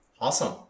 Awesome